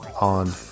on